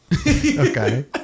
Okay